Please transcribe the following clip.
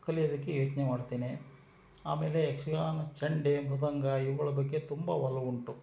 ಕಲಿಯುವ್ದಕ್ಕೆ ಯೋಚನೆ ಮಾಡುತ್ತೇನೆ ಆಮೇಲೆ ಯಕ್ಷಗಾನ ಚಂಡೆ ಮೃದಂಗ ಇವುಗಳ ಬಗ್ಗೆ ತುಂಬ ಒಲವುಂಟು